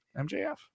MJF